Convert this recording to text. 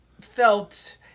felt